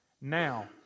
Now